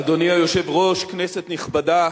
אדוני היושב-ראש, כנסת נכבדה,